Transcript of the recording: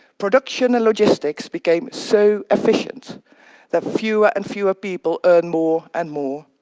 production and logistics became so efficient that fewer and fewer people earn more and more,